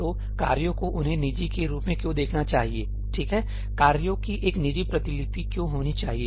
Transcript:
तो कार्यों को उन्हें निजी के रूप में क्यों देखना चाहिए ठीक है कार्यों की एक निजी प्रतिलिपि क्यों होनी चाहिए